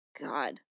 god